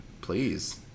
Please